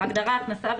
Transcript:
בהגדרה "הכנסה",